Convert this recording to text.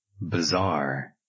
bizarre